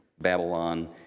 Babylon